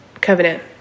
covenant